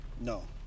No